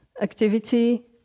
activity